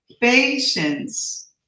Patience